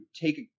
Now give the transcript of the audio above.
take